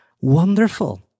wonderful